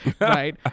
right